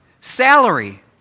Salary